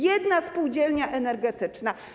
Jedna spółdzielnia energetyczna.